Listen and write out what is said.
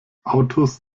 autos